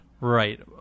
Right